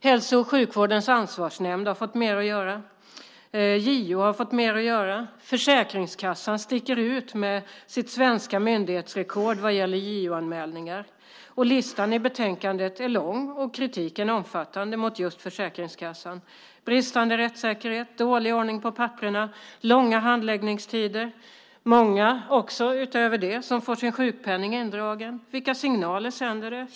Hälso och sjukvårdens ansvarsnämnd har fått mer att göra. JO har fått mer att göra, Försäkringskassan sticker ut med sitt svenska myndighetsrekord vad gäller JO-anmälningar. Listan i betänkandet är lång och kritiken omfattande mot just Försäkringskassan. Det är bristande rättssäkerhet, dålig ordning på papperen, långa handläggningstider, många som utöver det får sin sjukpenning indragen. Vilka signaler sänder det?